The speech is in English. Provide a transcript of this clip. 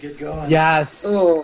Yes